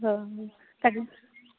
ᱚᱻ